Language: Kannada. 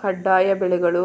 ಕಡ್ಡಾಯ ಬೆಳೆಗಳು